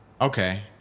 Okay